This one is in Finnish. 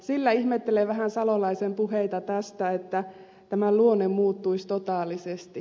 sillä ihmettelen vähän salolaisen puheita tästä että tämän luonne muuttuisi totaalisesti